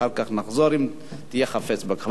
אחר נחזור אם תהיה חפץ בכך.